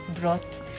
brought